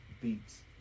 beats